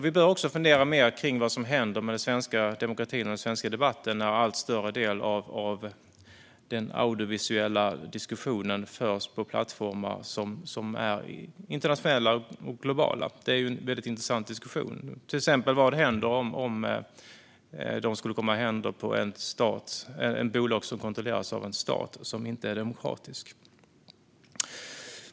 Vi behöver också fundera mer på vad som händer med den svenska demokratin och den svenska debatten när en allt större del av den audiovisuella diskussionen förs på plattformar som är internationella och globala. Det är en intressant fråga. Vad händer till exempel om de plattformarna kommer i händerna på ett bolag som kontrolleras av en stat som inte är demokratisk?